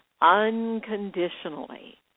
unconditionally